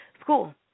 school